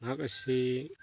ꯃꯍꯥꯛ ꯑꯁꯤ